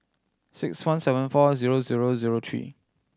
six one seven four zero zero zero three